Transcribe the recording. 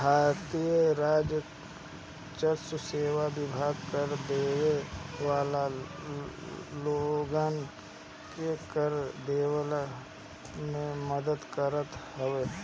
भारतीय राजस्व सेवा विभाग कर देवे वाला लोगन के कर देहला में मदद करत हवे